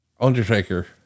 Undertaker